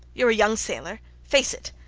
you are a young sailor. face it.